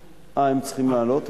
אה, הם צריכים לעלות?